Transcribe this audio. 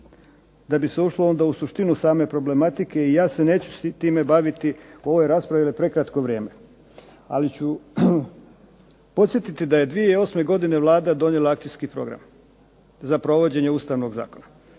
da bi se ušlo onda u suštinu same problematike. I ja se neću s time baviti u ovoj raspravi, jer je prekratko vrijeme. Ali ću podsjetiti da je 2008. godine Vlada donijela akcijski program za provođenje Ustavnog zakona